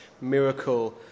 miracle